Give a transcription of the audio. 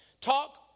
talk